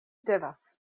devas